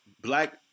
black